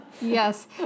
Yes